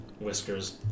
whiskers